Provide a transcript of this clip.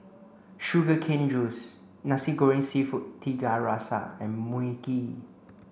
sugar cane juice Nasi Goreng Seafood Tiga Rasa and Mui Kee